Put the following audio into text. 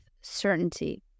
certainty